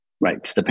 right